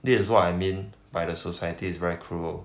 this is what I mean by the society is very cruel